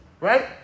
right